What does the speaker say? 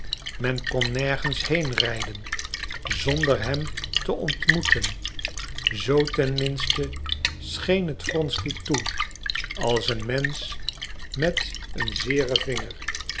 men kon nergens heen rijden zonder hem te ontmoeten zoo ten minste scheen het wronsky toe als een mensch met een zeeren vinger